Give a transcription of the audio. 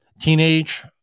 teenage